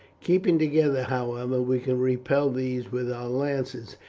keeping together, however, we can repel these with our lances,